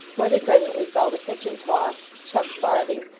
where they presently fell to pitch and toss, chuck-farthing,